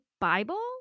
Bible